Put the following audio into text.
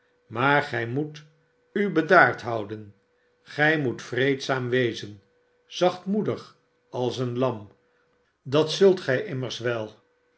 maar gij moet u bedaard houden gij moet vreedzaam wezen zachtmoedig als een lam dat zult gij immers wel